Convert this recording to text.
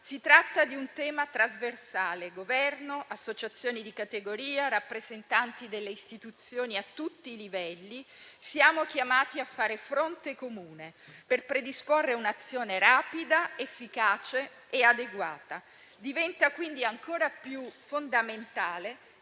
si tratta di un tema trasversale: Governo, associazioni di categoria e noi rappresentanti delle istituzioni a tutti i livelli siamo tutti chiamati a fare fronte comune per predisporre un'azione rapida, efficace e adeguata. Diventa quindi ancora più fondamentale